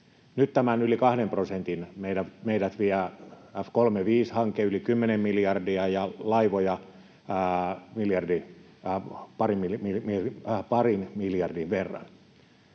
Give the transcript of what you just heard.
Nyt tämän yli kahden prosentin meidät vie F-35-hanke, yli kymmenen miljardia, ja laivoihin parin miljardin verran,